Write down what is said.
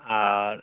आओर